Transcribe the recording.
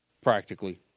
Practically